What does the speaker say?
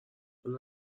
اون